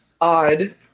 odd